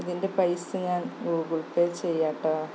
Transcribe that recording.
ഇതിൻ്റെ പൈസ ഞാൻ ഗൂഗിൾ പേ ചെയ്യാം കേട്ടോ